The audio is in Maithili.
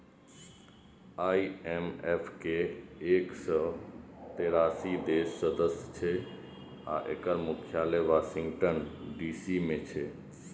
आई.एम.एफ के एक सय तेरासी देश सदस्य छै आ एकर मुख्यालय वाशिंगटन डी.सी मे छै